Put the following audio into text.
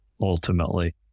ultimately